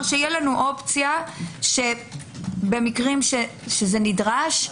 שתהיה לנו אופציה שבמקרים שזה נדרש,